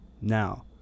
now